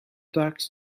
ducks